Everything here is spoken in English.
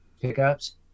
pickups